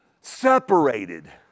Separated